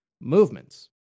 movements